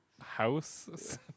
House